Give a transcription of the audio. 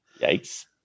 yikes